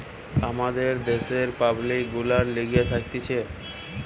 আমাদের দ্যাশের পাবলিক গুলার লিগে থাকতিছে